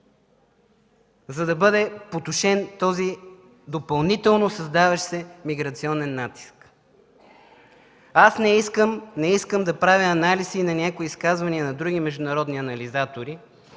за да бъде потушен този допълнително създаващ се миграционен натиск. Не искам да правя анализ и на някои изказвания на други международни анализатори,